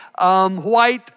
white